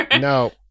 No